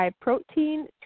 protein